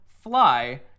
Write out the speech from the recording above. Fly